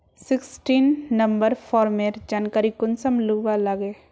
Sixteen number farmer जानकारी कुंसम लुबा लागे?